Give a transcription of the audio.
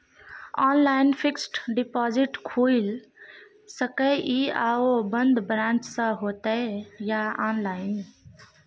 Online fixed deposit खुईल सके इ आ ओ बन्द ब्रांच स होतै या ऑनलाइन?